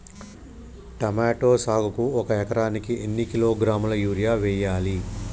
Tomato సాగుకు ఒక ఎకరానికి ఎన్ని కిలోగ్రాముల యూరియా వెయ్యాలి?